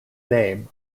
name